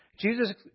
Jesus